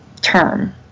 term